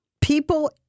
People